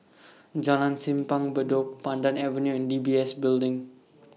Jalan Simpang Bedok Pandan Avenue and D B S Building